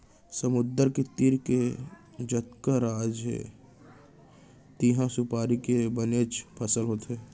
समुद्दर के तीर के जतका राज हे तिहॉं सुपारी के बनेच फसल होथे